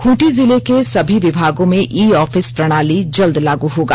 खूंटी जिले के सभी विभागों में ई ऑफिस प्रणाली जल्द लागू होगा